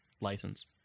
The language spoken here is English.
license